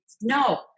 No